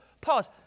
pause